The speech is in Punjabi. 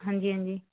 ਹਾਂਜੀ ਹਾਂਜੀ